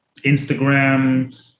Instagram